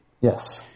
Yes